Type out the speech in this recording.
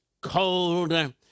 cold